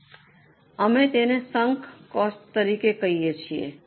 તેથી અમે તેને સંક કોસ્ટ તરીકે કહીએ છીએ